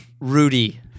Rudy